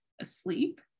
asleep